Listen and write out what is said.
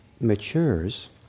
matures